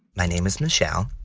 my name is michelle,